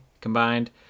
combined